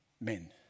men